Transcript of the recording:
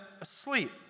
asleep